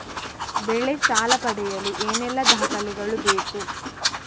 ಬೆಳೆ ಸಾಲ ಪಡೆಯಲು ಏನೆಲ್ಲಾ ದಾಖಲೆಗಳು ಬೇಕು?